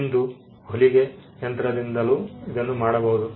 ಇಂದು ಹೊಲಿಗೆ ಯಂತ್ರದಿಂದಲೂ ಇದನ್ನು ಮಾಡಬಹುದು